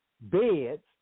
beds